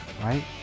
Right